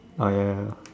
oh ya ya